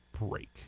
break